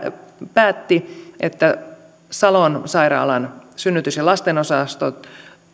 päätti että salon sairaalan synnytys ja lastenosastojen